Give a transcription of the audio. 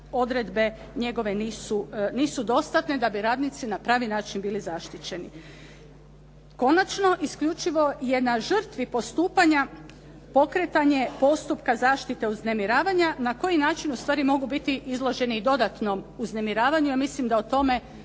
odredbe njegove nisu, nisu dostatne da bi radnici na pravi način bili zaštićeni. Konačno, isključivo je na žrtvi postupanja pokretanje postupka zaštite uznemiravanja na koji način ustvari mogu biti izloženi i dodatnom uznemiravanju, ja mislim da o tome